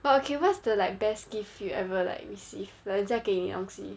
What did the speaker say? but okay what's the like best gift you ever like received like 人家给妳东西